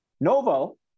Novo